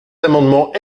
amendement